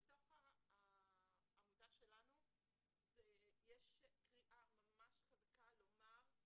בעמותה שלנו יש קריאה ממש חזקה לומר: